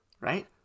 Right